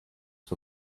for